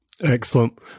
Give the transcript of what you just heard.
excellent